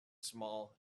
small